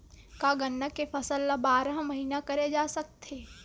का गन्ना के फसल ल बारह महीन करे जा सकथे?